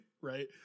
right